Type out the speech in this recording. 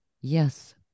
yes